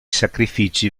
sacrifici